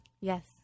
Yes